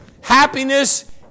happiness